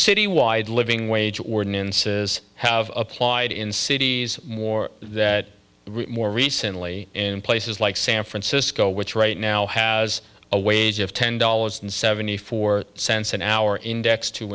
citywide living wage ordinances have applied in cities more that more recently in places like san francisco which right now has a wage of ten dollars and seventy four cents an hour indexed to